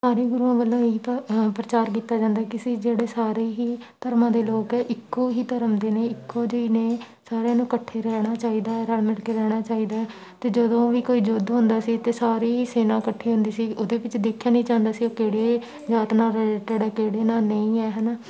ਸਾਰੇ ਗੁਰੂਆਂ ਵੱਲੋਂ ਇਹੀ ਪ ਪ੍ਰਚਾਰ ਕੀਤਾ ਜਾਂਦਾ ਸੀ ਕਿ ਜਿਹੜੇ ਸਾਰੇ ਹੀ ਧਰਮਾਂ ਦੇ ਲੋਕ ਇੱਕੋਂ ਹੀ ਧਰਮ ਦੇ ਨੇ ਇੱਕੋ ਜਿਹੇ ਨੇ ਸਾਰਿਆਂ ਨੂੰ ਇਕੱਠੇ ਰਹਿਣਾ ਚਾਹੀਦਾ ਰਲ ਮਿਲ ਕੇ ਰਹਿਣਾ ਚਾਹੀਦਾ ਅਤੇ ਜਦੋਂ ਵੀ ਕੋਈ ਯੁੱਧ ਹੁੰਦਾ ਸੀ ਅਤੇ ਸਾਰੀ ਸੈਨਾ ਇਕੱਠੀ ਹੁੰਦੀ ਸੀ ਉਹਦੇ ਵਿੱਚ ਦੇਖਿਆ ਨਹੀਂ ਜਾਂਦਾ ਸੀ ਉਹ ਕਿਹੜੇ ਜਾਤ ਨਾਲ ਰਿਲੇਟਿਡ ਹੈ ਕਿਹੜੇ ਨਾਲ ਨਹੀਂ ਹੈ ਹੈ ਨਾ